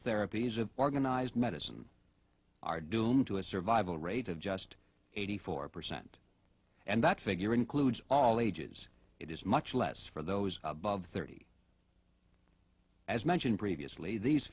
therapies of organized medicine are doomed to a survival rate of just eighty four percent and that figure includes all ages it is much less for those above thirty as mentioned previously these